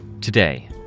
Today